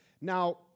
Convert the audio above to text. Now